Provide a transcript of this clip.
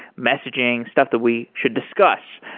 messaging, stuff that we should discuss.